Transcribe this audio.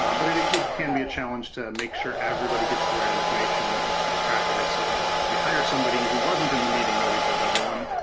um but it it can be a challenge to make sure everybody gets the right information and that we keep track of it so that we hire somebody who wasn't in the meeting where we told everyone,